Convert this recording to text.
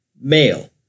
male